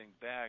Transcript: back